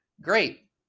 great